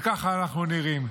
וככה אנחנו נראים.